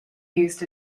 used